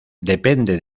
depende